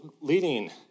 leading